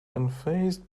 unfazed